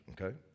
okay